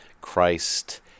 Christ